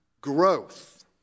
growth